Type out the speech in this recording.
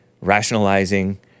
rationalizing